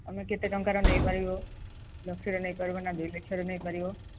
ତମେ କେତେ ଟଙ୍କାର ନେଇପାରିବ ଲକ୍ଷର ନେଇପାରିବ ନା ଦୁଇ ଲକ୍ଷରେ ନେଇପାରିବ